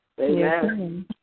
Amen